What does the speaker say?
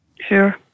Sure